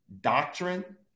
doctrine